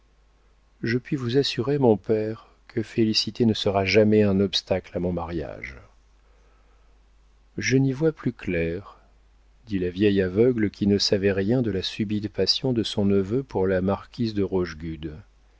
je puis vous assurer mon père que félicité ne sera jamais un obstacle à mon mariage je n'y vois plus clair dit la vieille aveugle qui ne savait rien de la subite passion de son neveu pour la marquise de